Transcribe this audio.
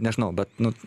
nežinau bet nu